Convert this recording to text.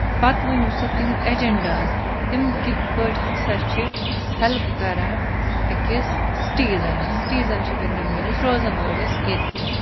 پَتہٕ ؤنِو سا تِہِندۍ ایجینڈاز تِم کِتھ پٲٹھۍ ہسا چھِ ہیلٔپ کران أکِس citizens citizenship in the means روزَن وٲلِس ییتہِ